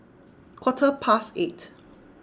quarter past eight